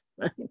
right